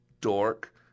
Dork